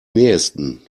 nähesten